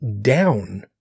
down